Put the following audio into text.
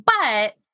But-